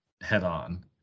head-on